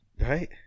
Right